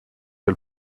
del